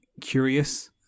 curious